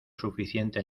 suficiente